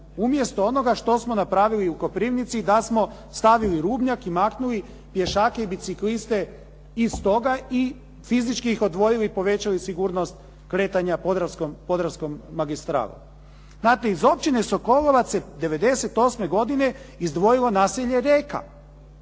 umjesto onoga što smo napravili u Koprivnici da smo stavili rubnjak i maknuli pješake i bicikliste iz toga i fizički ih odvojili i povećali sigurnost kretanja Podravskom magistralom. Znate, iz Općine Sokolovac je '98. godine izdvojilo naselje Reka.